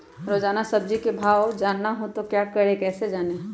रोजाना सब्जी का भाव जानना हो तो क्या करें कैसे जाने?